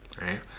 right